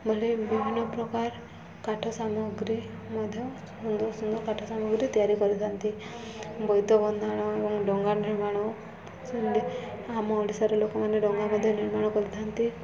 ବୋଲି ବିଭିନ୍ନ ପ୍ରକାର କାଠ ସାମଗ୍ରୀ ମଧ୍ୟ ସୁନ୍ଦର ସୁନ୍ଦର କାଠ ସାମଗ୍ରୀ ତିଆରି କରିଥାନ୍ତି ବୋଇତ ବନ୍ଧାଣ ଏବଂ ଡଙ୍ଗା ନିର୍ମାଣ ଆମ ଓଡ଼ିଶାର ଲୋକମାନେ ଡଙ୍ଗା ମଧ୍ୟ ନିର୍ମାଣ କରିଥାନ୍ତି